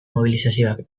mobilizazioak